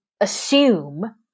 assume